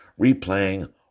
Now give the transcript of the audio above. replaying